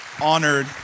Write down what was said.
honored